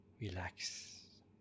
Relax